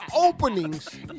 openings